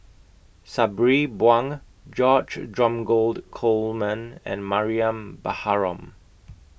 Sabri Buang George Dromgold Coleman and Mariam Baharom